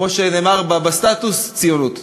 כמו שנאמר בסטטוס: ציונות.